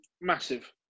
Massive